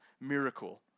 miracle